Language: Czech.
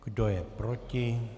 Kdo je proti?